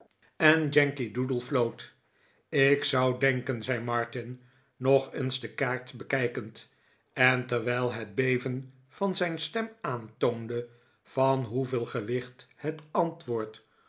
en yankee doodle floot ik zou denken zei martin nog eens de kaart bekijkend en terwijl het beven van zijn stem aantoonde van hoeveel gewicht het antwoord